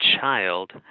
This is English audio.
child